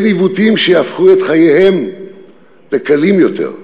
עיוותים ולהפוך את חייהם לקלים יותר.